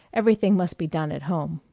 every thing must be done at home.